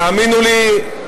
תאמינו לי,